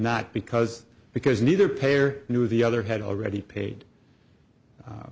not because because neither payer knew the other had already paid